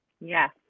Yes